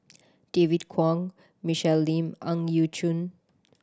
David Kwo Michelle Lim Ang Yau Choon